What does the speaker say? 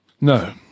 No